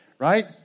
Right